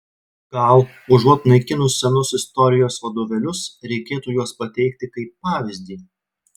gal užuot naikinus senus istorijos vadovėlius reikėtų juos pateikti kaip pavyzdį